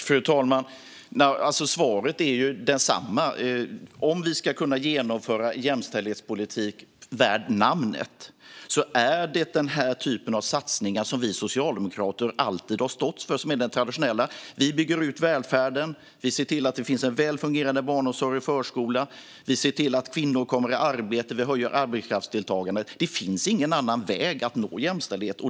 Fru talman! Svaret är detsamma. Om vi ska kunna genomföra en jämställdhetspolitik värd namnet är det den här typen av traditionella satsningar, som vi socialdemokrater alltid har stått för, som gäller. Vi bygger ut välfärden. Vi ser till att det finns en väl fungerande barnomsorg och förskola. Vi ser till att kvinnor kommer i arbete. Och vi höjer arbetskraftsdeltagandet. Det finns ingen annan väg för att nå jämställdhet.